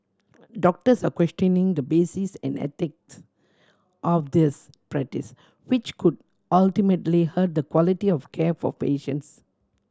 doctors are questioning the basis and ethics of this practice which could ultimately hurt the quality of care for patients